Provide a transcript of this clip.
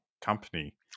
company